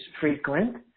frequent